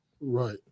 Right